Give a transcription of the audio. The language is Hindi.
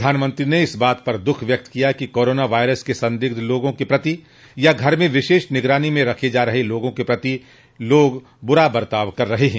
प्रधानमंत्री ने इस बात पर दुख व्यक्त किया कि कोरोना वायरस के संदिग्ध लोगों के प्रति या घर में विशेष निगरानी में रखे जा रहे लोगों के प्रति लोग बुरा बर्ताव कर रहे हैं